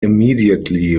immediately